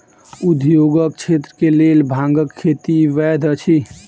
उद्योगक क्षेत्र के लेल भांगक खेती वैध अछि